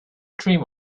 dream